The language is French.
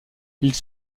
ils